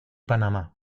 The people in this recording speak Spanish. panamá